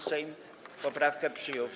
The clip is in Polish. Sejm poprawki przyjął.